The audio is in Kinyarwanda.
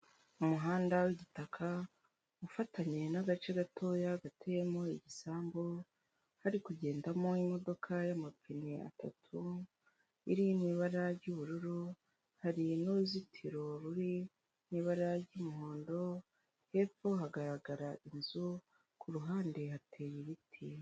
Umuhanda w'igitaka ufatanye n'agace gatoya gateyemo igisambu, hari kugendamo imodoka y'amapine atatu, iri mu'ibara ry'ubururu hari n'uruzitiro ruri mu ibara ry'umuhondo, hepfo hagaragarara inzu ku ruhande hateye ibiti.